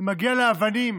מגיע לאבנים